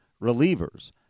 relievers